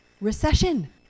recession